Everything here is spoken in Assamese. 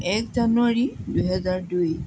এক জানুৱাৰী দুহেজাৰ দুই